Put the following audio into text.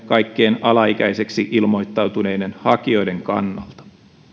kaikkien alaikäiseksi ilmoittautuneiden hakijoiden kannalta